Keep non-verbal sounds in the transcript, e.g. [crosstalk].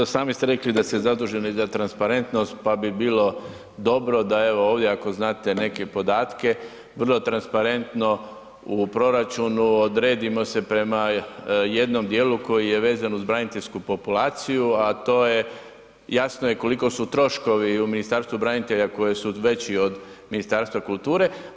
Poštovani ministre, sami ste rekli da ... [unintelligible] zaduženi i da je transparentnost pa bi bilo dobro da evo ovdje ako znate neke podatke vrlo transparentno u proračunu odredimo se prema jednom dijelu koji je vezan uz braniteljsku populaciju a to je jasno je koliko su troškovi u Ministarstvu branitelja koji su veći od Ministarstva kulture.